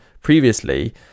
previously